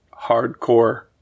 hardcore